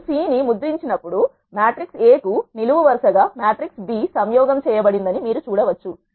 మీరు C ను ముద్రించినప్పుడుమ్యాట్రిక్స్ A కు నిలువు వరుసగా మ్యాట్రిక్స్ B సంయోగం చేయబడిందని మీరు చూడవచ్చు